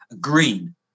green